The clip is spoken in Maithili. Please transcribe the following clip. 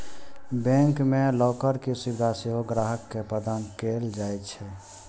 बैंक मे लॉकर के सुविधा सेहो ग्राहक के प्रदान कैल जाइ छै